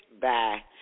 bye